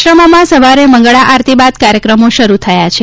આશ્રમોમાં સવારે મંગળા આરતી બાદ કાર્યક્રમો શરૂ થયા છે